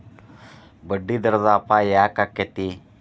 ಬಡ್ಡಿದರದ್ ಅಪಾಯ ಯಾಕಾಕ್ಕೇತಿ?